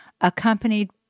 accompanied